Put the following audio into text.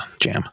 jam